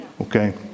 Okay